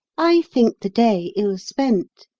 i think the day ill-spent.